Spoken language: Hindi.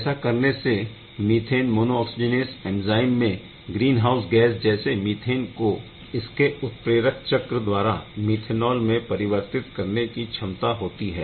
ऐसा करने से मीथेन मोनोऑक्सीजिनेस एंज़ाइम में ग्रीनहाउस गैस जैसे मीथेन को इसके उत्प्रेरक चक्र द्वारा मिथेनॉल में परिवर्तित करने की क्षमता होती है